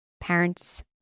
parents